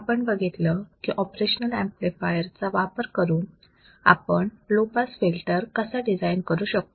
आपण बघितलं की ऑपरेशनल ऍम्प्लिफायर चा वापर करून आपण लो पास फिल्टर कसा डिझाईन करू शकतो